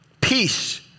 peace